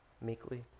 meekly